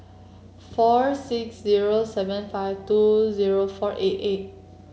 four six zero seven five two zero four eight eight